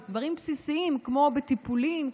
בדברים בסיסיים כמו בטיפולים,